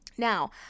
Now